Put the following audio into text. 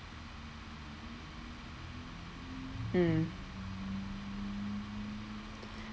mm